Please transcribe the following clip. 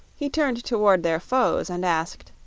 he turned toward their foes and asked